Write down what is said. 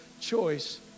choice